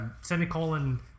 semicolon